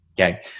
okay